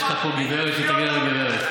יש לך פה גברת והיא תגן על הגברת.